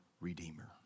redeemer